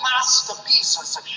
masterpieces